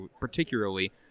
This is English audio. particularly